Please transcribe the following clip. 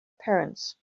parents